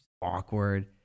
awkward